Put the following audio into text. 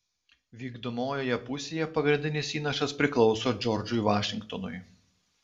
vykdomojoje pusėje pagrindinis įnašas priklauso džordžui vašingtonui